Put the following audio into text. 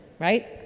right